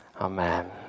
amen